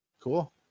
Cool